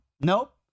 Nope